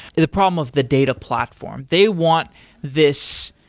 the the problem of the data platform they want this,